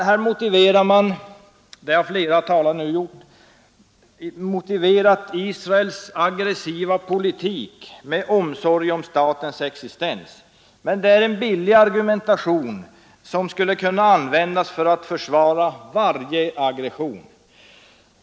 Här har flera talare motiverat Israels aggressiva politik med omsorg om statens existens. Men det är en billig argumentation som skulle kunna användas för att försvara varje aggression.